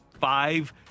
five